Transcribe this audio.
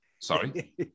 Sorry